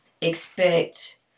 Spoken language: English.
expect